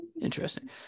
Interesting